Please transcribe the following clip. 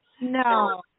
No